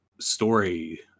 story